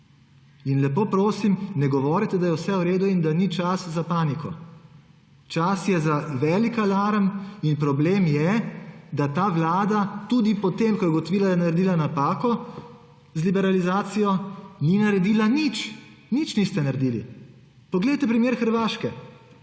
Lepo prosim, ne govorite, da je vse v redu in da ni časa za paniko. Čas je za velik alarm in problem je, da ta vlada tudi po tem, ko je ugotovila, da je naredila napako z liberalizacijo, ni naredila nič. Nič niste naredili. Poglejte primer Hrvaške,